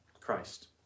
Christ